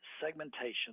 segmentation